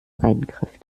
eingriff